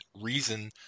reason